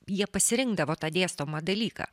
jie pasirinkdavo tą dėstomą dalyką